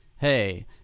Hey